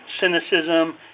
cynicism